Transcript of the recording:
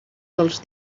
dels